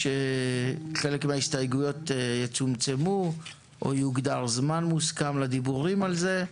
שחלק מההסתייגויות יצומצמו או יוגדר זמן מוסכם לדיבור עליהן,